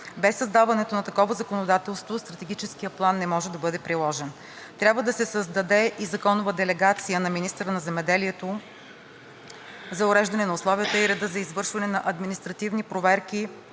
Без създаването на такова законодателство Стратегическият план не може да бъде приложен. Трябва да се създаде и законова делегация на министъра на земеделието за уреждане на условията и реда за извършване на административни проверки